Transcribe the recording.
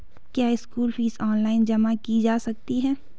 क्या school fees online जमा की जा सकती है?